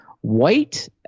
white